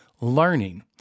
Learning